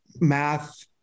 math